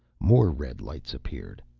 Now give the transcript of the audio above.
more red lights appeared.